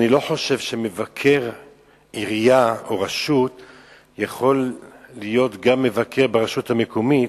אני לא חושב שמבקר עירייה או רשות יכול להיות גם מבקר ברשות המקומית.